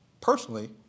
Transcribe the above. personally